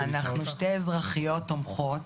אנחנו שתי אזרחיות תומכות,